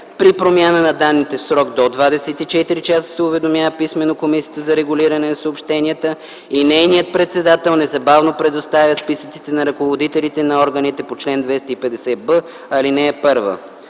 при промяна на данните в срок до 24 часа се уведомява писмено Комисията за регулиране на съобщенията и нейният председател незабавно предоставя списъците на ръководителите на органите по чл. 250б, ал. 1.